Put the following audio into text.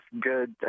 good